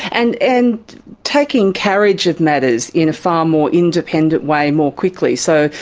and and taking carriage of matters in a far more independent way more quickly. so,